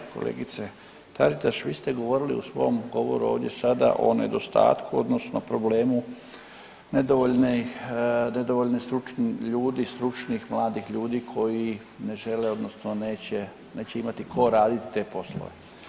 Kolegice Taritaš, vi ste govorili u svom govoru ovdje sada o nedostatku odnosno problemu nedovoljnih, nedovoljnih stručnih ljudi, stručnih mladih ljudi koji ne žele odnosno neće, neće imati ko radit te poslove.